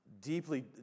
deeply